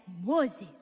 Moses